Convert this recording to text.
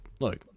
look